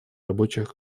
рабочих